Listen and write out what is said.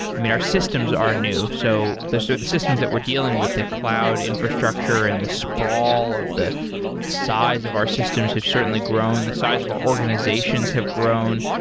i mean, our systems are new. so the so the systems that we're dealing with, the cloud infrastructure and the sprawl of the size of our systems have certainly grown. the size of our organizations have grown,